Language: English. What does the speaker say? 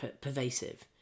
pervasive